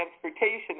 transportation